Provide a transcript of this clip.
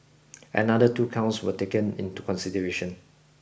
another two counts were taken into consideration